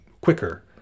quicker